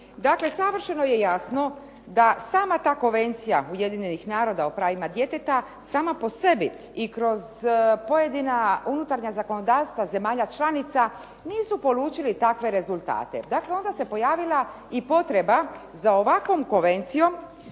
savršeno je jasno da sama ta Konvencija Ujedinjenih naroda o pravima djeteta sama po sebi i kroz pojedina unutarnja zakonodavstva zemalja članica nisu polučili takve rezultate. Dakle, onda se pojavila i potreba za ovakvom konvencijom